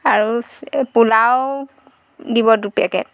আৰু চ পোলাও দিব দুপেকেট